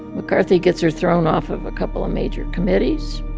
mccarthy gets her thrown off of a couple of major committees,